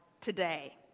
today